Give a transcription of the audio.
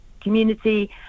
community